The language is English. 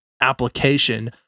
application